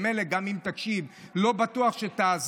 ממילא גם אם תקשיב לא בטוח שתאזין.